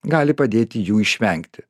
gali padėti jų išvengti